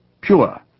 Pure